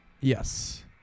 Yes